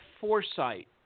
foresight